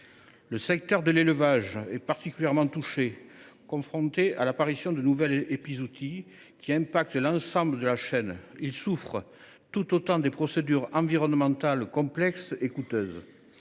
Le secteur de l’élevage est particulièrement touché, confronté à l’apparition de nouvelles épizooties qui emportent des conséquences sur l’ensemble de la chaîne ; il souffre tout autant des procédures environnementales complexes et coûteuses.